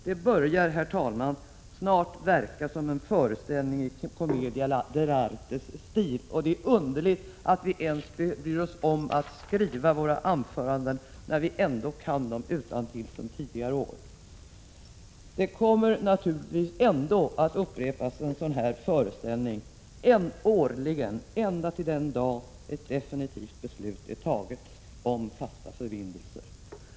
Det börjar, herr talman, snart verka som en föreställning i commedia dell”arte-stil, och det är underligt att vi bryr oss om att skriva våra anföranden, när vi ändå kan dem utantill från tidigare år. Men en sådan här föreställning kommer naturligtvis ändå att upprepas årligen ända till den dag ett definitivt beslut är taget om fasta förbindelser.